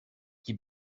qui